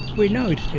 we know